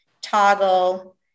toggle